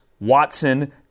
Watson